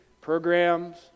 programs